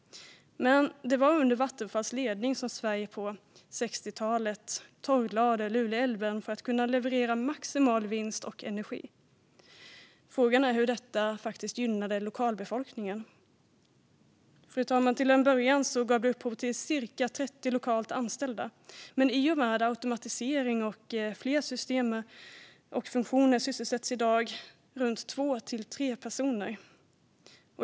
Men det var under Vattenfalls ledning som Sverige på 60-talet torrlade Luleälven för att kunna leverera maximal vinst och energi. Frågan är hur detta gynnade lokalbefolkningen. Till en början gav det upphov till cirka 30 lokalt anställda, fru talman, men i och med automatisering av fler system och funktioner sysselsätts i dag bara två tre personer.